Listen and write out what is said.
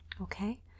okay